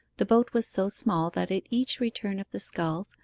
the boat was so small that at each return of the sculls,